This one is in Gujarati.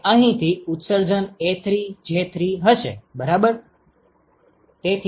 હવે અહીંથી ઉત્સર્જન A3j3 હશે બરાબર